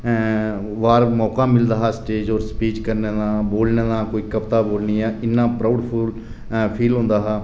बार मौका मिलदा हा स्टेज पर स्पीच करने दा बोलने दा कोई कविता बोलनी ऐ इन्ना प्राउड फील फील होंदा हा